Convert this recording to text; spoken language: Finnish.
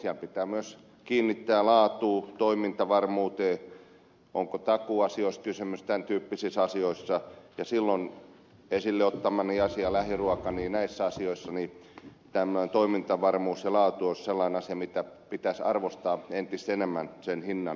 siellä pitää myös kiinnittää huomiota laatuun toimintavarmuuteen siihen onko takuuasioista kysymys tämän tyyppisissä asioissa ja esille ottamani asian lähiruuan kohdalla tämmöinen toimintavarmuus ja laatu olisi sellainen asia jota pitäisi arvostaa entistä enemmän sen hinnan lisäksi